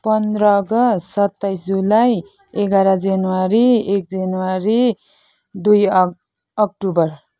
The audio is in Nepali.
पन्ध्र अगस्त सत्ताइस जुलाई एघार जनवरी एक जनवरी दुई अक अक्टोबर